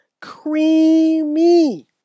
creamy